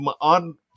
on